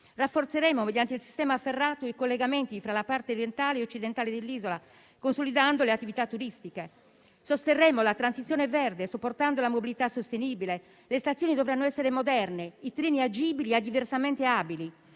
Rafforzeremo, mediante il sistema ferrato, i collegamenti tra la parte orientale e occidentale dell'isola, consolidando le attività turistiche. Sosterremo la transizione verde, supportando la mobilità sostenibile: le stazioni dovranno essere moderne, i treni agibili ai diversamente abili.